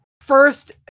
first